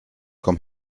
komm